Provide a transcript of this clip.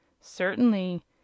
Certainly